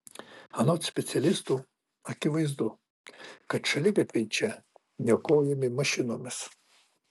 anot specialistų akivaizdu kad šaligatviai čia niokojami mašinomis